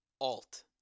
alt